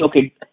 okay